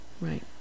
right